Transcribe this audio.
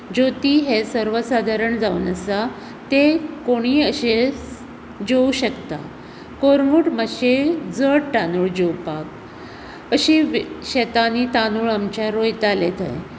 ज्योती हें सर्वसादारण जावन आसा तें कोणूय अशें जेवू शकता कोरगूट मात्शें जड तांदूळ जेवपाक अशीं शेतांनी तांदूळ आमच्या रोयताले थंय